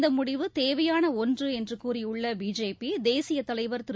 இந்தமுடிவு தேவையானஒன்றுஎன்றுகூறியுள்ள பிஜேபி தேசியதலைவர் திரு